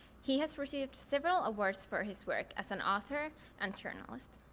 he has received several awards for his work as an author and journalist.